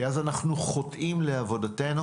כי אז אנחנו חוטאים לעבודתנו.